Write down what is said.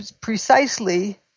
precisely